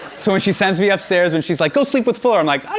so when she sends me upstairs when she's like, go sleep with fuller, i'm like,